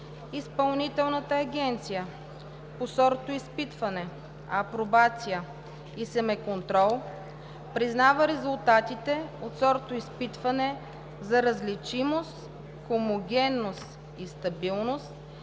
Изпълнителната агенция по сортоизпитване, апробация и семеконтрол признава резултати от сортоизпитване за различимост, хомогенност и стабилност,